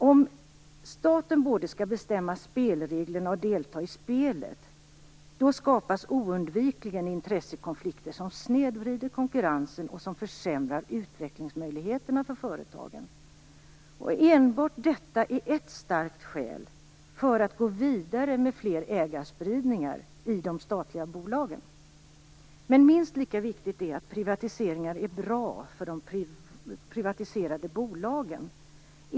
Om staten både skall bestämma spelreglerna och delta i spelet, skapas oundvikligen intressekonflikter som snedvrider konkurrensen och som försämrar utvecklingsmöjligheterna för företagen. Enbart detta är ett starkt skäl för att gå vidare med fler ägarspridningar i de statliga bolagen. Men minst lika viktigt är att privatiseringar är bra för de privatiserade bolagen.